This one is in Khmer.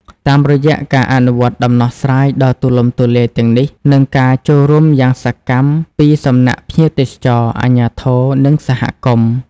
តាមរយៈការអនុវត្តដំណោះស្រាយដ៏ទូលំទូលាយទាំងនេះ និងការចូលរួមយ៉ាងសកម្មពីសំណាក់ភ្ញៀវទេសចរ អាជ្ញាធរ និងសហគមន៍។